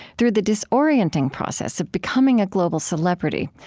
through the disorienting process of becoming a global celebrity,